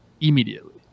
immediately